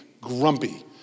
grumpy